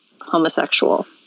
homosexual